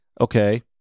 Okay